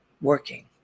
working